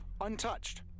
Untouched